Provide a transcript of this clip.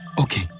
Okay